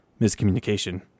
miscommunication